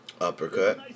Uppercut